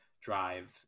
drive